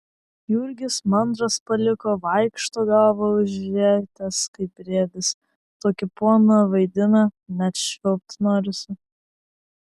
jurgis mandras paliko vaikšto galvą užrietęs kaip briedis tokį poną vaidina net švilpt norisi